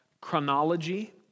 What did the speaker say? chronology